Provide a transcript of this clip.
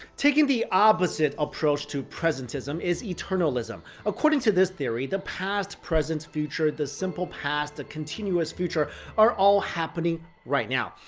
taking the opposite approach to presentism is eternalism. according to this theory, the past, present, future, the simple past, and continuous future are all happening right now.